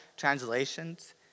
translations